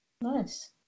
Nice